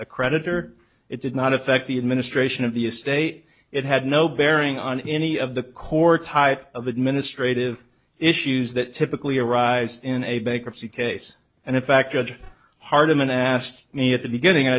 a creditor it did not affect the administration of the estate it had no bearing on any of the core type of administrative issues that typically arise in a bankruptcy case and in fact judge hardiman asked me at the beginning i